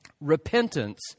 repentance